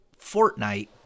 Fortnite